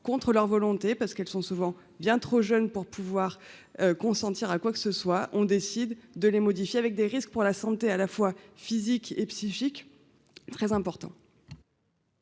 contre leur volonté, parce qu'elles sont souvent bien trop jeune pour pouvoir consentir à quoique ce soit on décide de les modifier, avec des risques pour la santé, à la fois physique et psychique très important.